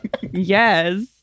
yes